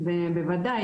שבוודאי,